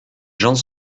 gens